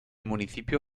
municipio